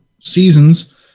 seasons